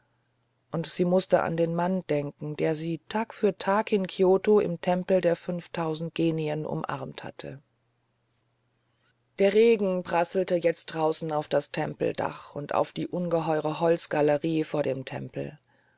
und sie mußte an den mann denken der sie tag für tag in kioto im tempel der fünftausend genien umarmt hatte der regen prasselte jetzt draußen auf das tempeldach und auf die ungeheure holzgalerie vor dem tempel